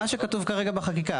מה שכתוב כרגע בחקיקה.